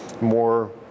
more